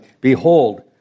Behold